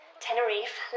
Tenerife